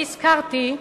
אני הזכרתי,